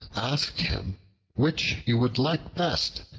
asked him which he would like best,